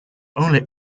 only